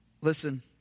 Listen